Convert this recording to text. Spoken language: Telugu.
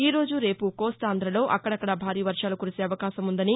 ఈరోజు రేపు కోస్తాంధాల్లో అక్కదక్కుడా భారీ వర్షాలు కురిసే అవకాశం ఉందని